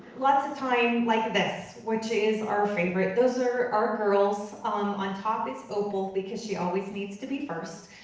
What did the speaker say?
lots of time like this. which is our favorite. those are our girls. on on top is opal because she always needs to be first,